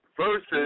versus